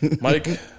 Mike